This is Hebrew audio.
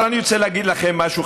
אבל אני רוצה להגיד לכם משהו,